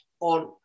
on